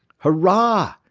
hurrah!